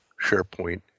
SharePoint